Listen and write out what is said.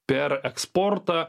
per eksportą